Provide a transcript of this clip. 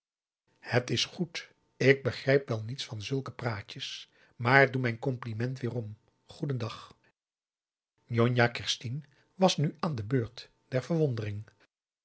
het is goed ik begrijp wel niets van zulke praatjes maar doe mijn compliment weerom goeden dag njonjah kerstien was nu aan de beurt der verwondering